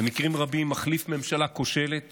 ובמקרים רבים מחליף ממשלה כושלת